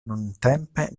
nuntempe